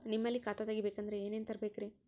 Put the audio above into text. ನಿಮ್ಮಲ್ಲಿ ಖಾತಾ ತೆಗಿಬೇಕಂದ್ರ ಏನೇನ ತರಬೇಕ್ರಿ?